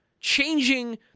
Changing